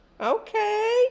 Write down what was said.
Okay